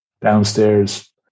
downstairs